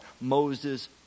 Moses